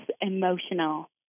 emotional